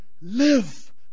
live